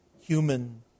human